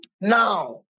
now